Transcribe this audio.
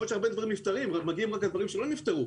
יכול להיות שהרבה דברים נפתרים ומגיעים רק הדברים שלא נפתרו,